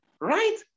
right